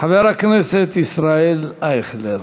חבר הכנסת ישראל אייכלר.